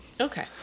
Okay